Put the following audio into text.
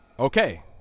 Okay